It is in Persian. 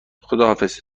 خداحافظ